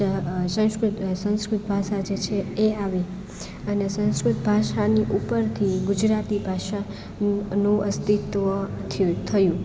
સંસ્કૃત ભાષા જે છે એ આવી અને સંસ્કૃત ભાષાની ઉપરથી ગુજરાતી ભાષા નું અસ્તિત્વ થયું